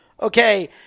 Okay